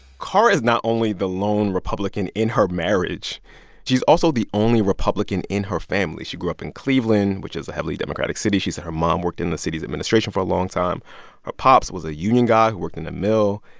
kara is not only the lone republican in her marriage she's also the only republican in her family. she grew up in cleveland, which is a heavily democratic city. she said her mom worked in the city's administration for a long time. her pops was a union guy who worked in the mill.